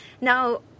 Now